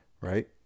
right